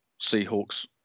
Seahawks